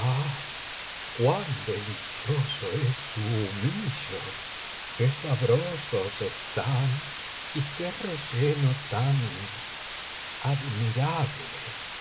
cuan delicioso es su humillo qué sabrosos están y qué relleno tan admirable